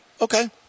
Okay